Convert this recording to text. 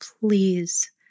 please